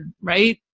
right